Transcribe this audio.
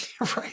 Right